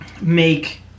make